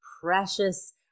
precious